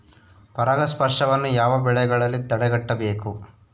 ಪರಾಗಸ್ಪರ್ಶವನ್ನು ಯಾವ ಬೆಳೆಗಳಲ್ಲಿ ತಡೆಗಟ್ಟಬೇಕು?